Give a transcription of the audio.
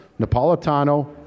Napolitano